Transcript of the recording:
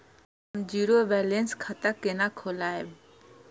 हम zero balance खाता केना खोलाब?